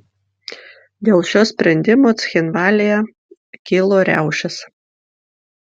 dėl šio sprendimo cchinvalyje kilo riaušės